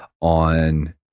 on